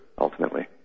ultimately